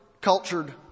cultured